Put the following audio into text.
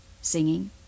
singing